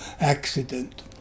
accident